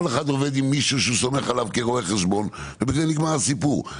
כל אחד עובד עם מישהו שהוא סומך עליו כרואה חשבון ובזה נגמר הסיפור.